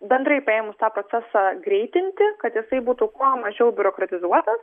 bendrai paėmus tą procesą greitinti kad jisai būtų kuo mažiau biurokratizuotas